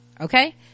Okay